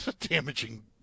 damaging